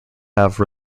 have